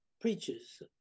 preachers